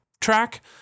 track